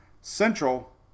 Central